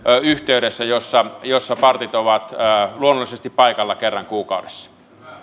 yhteydessä jossa jossa partit ovat luonnollisesti paikalla kerran kuukaudessa